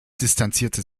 distanzierte